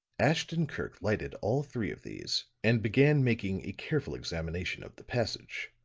ashton-kirk lighted all three of these and began making a careful examination of the passage.